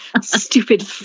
Stupid